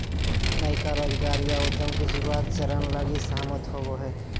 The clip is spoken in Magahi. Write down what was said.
नयका रोजगार या उद्यम के शुरुआत चरण लगी सहमत होवो हइ